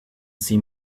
see